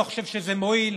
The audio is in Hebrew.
לא חושב שזה מועיל,